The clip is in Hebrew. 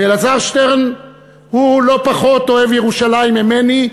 ואלעזר שטרן הוא לא פחות אוהב ירושלים ממני,